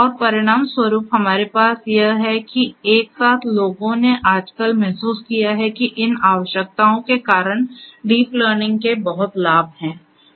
और परिणामस्वरूप हमारे पास यह है कि एक साथ लोगों ने आजकल महसूस किया है कि इन आवश्यकताओं के कारण डीप लर्निंग के बहुत लाभ हैं